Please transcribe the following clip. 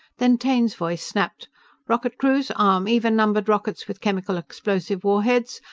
then taine's voice snapped rocket crews, arm even-numbered rockets with chemical explosive warheads.